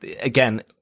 again